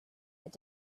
that